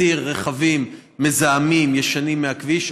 מסיר רכבים מזהמים ישנים מהכביש,